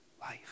Life